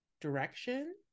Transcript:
direction